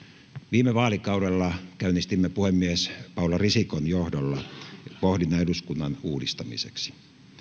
viime vaalikaudella käynnistimme puhemies paula risikon johdolla pohdinnan eduskunnan uudistamiseksi